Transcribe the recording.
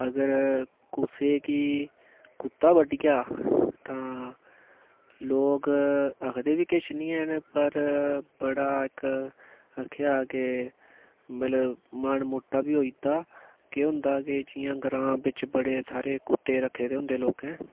अगर कुसै गी कुत्ता बड्ढी जा तां लोग आखदे बी किश निं हैन पर बड़ा इक केह् आखदे मतलब मन मुट्टा बी होई दा केह् होंदा की जि'यां ग्रांऽ बिच बड़े सारे कुत्ते रखे दे होंदे लोकें